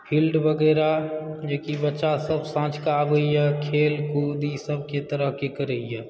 field वगैरह जे की बच्चा सब साँझ के आबैया खेल कूद ई सब के तरहके करैया